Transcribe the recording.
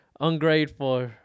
Ungrateful